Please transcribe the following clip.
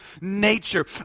nature